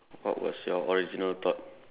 what was your original thought